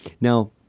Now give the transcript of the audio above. Now